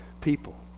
people